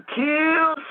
kill